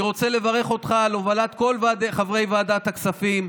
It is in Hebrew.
אני רוצה לברך אותך על הובלת כל חברי ועדת הכספים,